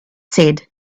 said